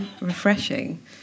refreshing